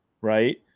right